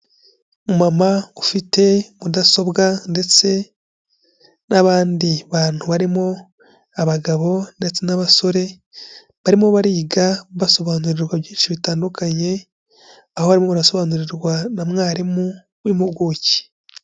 Mama ufite mudasobwa, ndetse n'abandi bantu barimo abagabo ndetse n'abasore, barimo bariga basobanurirwa byinshi bitandukanye, aho barimo barasobanurirwa na mwarimu w'impuguke.